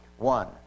One